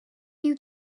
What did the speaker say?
you